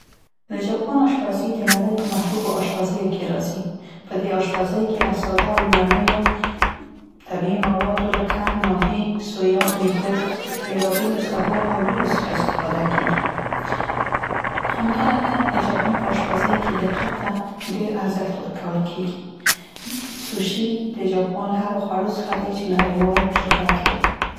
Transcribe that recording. د جاپان اشپزي د نړۍ په محبوبو اشپزیو کې راځي. په دې اشپزۍ کې له ساده او لومړنیو طبیعي موادو لکه ماهي، سویا، میګو، بیلابیلو سبو او وریژو څخه استفاده کیګي. سوشي د جاپان له هغو خوړو څخه دی چې نړیوال شهرت لري. همدرانګه د جاپان په اشپزۍ کې دقت ته ډير ارزښت ورکول کیګي.